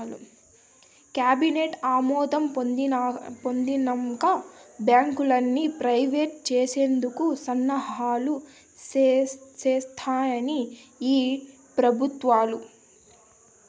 cabinet ఆమోదం పొందినంక బాంకుల్ని ప్రైవేట్ చేసేందుకు సన్నాహాలు సేస్తాన్నాయి ఈ పెబుత్వాలు